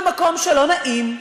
במקום שלא נעים.